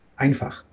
einfach